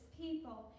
people